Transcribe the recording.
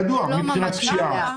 אומרים.